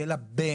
שיהיה לה בן,